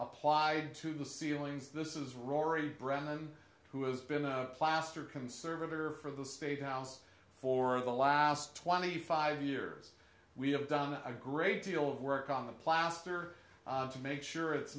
applied to the ceilings this is rory brennan who has been a plaster conservator for the state house for the last twenty five years we have done a great deal of work on the plaster to make sure it's